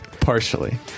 Partially